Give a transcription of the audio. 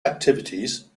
activities